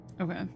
Okay